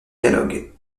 dialogue